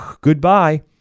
Goodbye